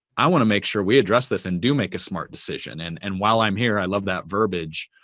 i wanna make sure we address this and do make a smart decision and and, while i'm here, i love that verbiage.